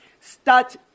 start